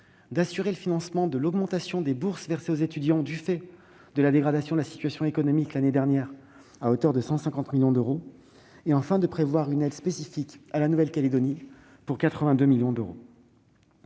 d'assurer le financement de l'augmentation des bourses versées aux étudiants du fait de la dégradation de la situation économique l'année dernière, à hauteur de 150 millions d'euros ; et, enfin, de prévoir une aide spécifique à la Nouvelle-Calédonie, pour 82 millions d'euros.